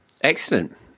Excellent